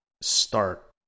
start